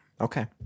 okay